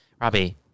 Robbie